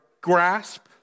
grasp